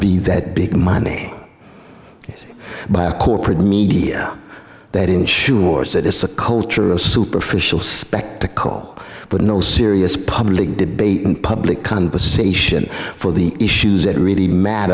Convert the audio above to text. be that big money by corporate media that ensures that it's a culture of superficial spectacle but no serious public debate and public conversation for the issues that really